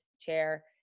chair